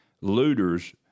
looters